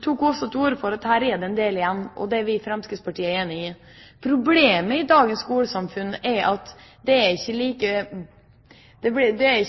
tok også til orde for at her står det en del igjen, og det er vi i Fremskrittspartiet enig i. Problemet i dagens skolesamfunn er at det er